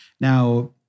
now